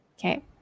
Okay